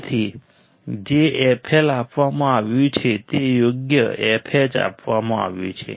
તેથી જે fL આપવામાં આવ્યું છે તે યોગ્ય fH આપવામાં આવ્યું છે